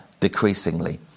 decreasingly